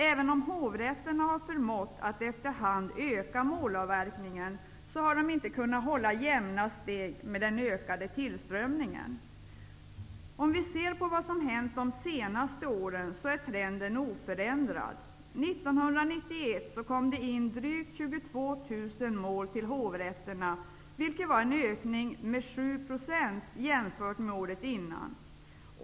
Även om hovrätterna har förmått att efter hand öka målavverkningen, har de inte kunnat hålla jämna steg med den ökande tillströmningen. Om vi ser på vad som har hänt de senaste åren är trenden oförändrad. 1991 kom det in drygt 22 000 mål till hovrätterna, vilket var en ökning med 7 % jämfört med året innan.